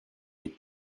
les